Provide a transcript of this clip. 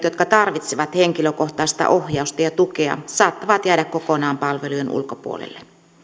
jotka tarvitsevat henkilökohtaista ohjausta ja tukea saattavat jäädä kokonaan palvelujen ulkopuolelle